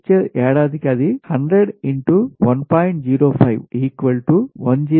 వచ్చే ఏడాదికి అది 100 1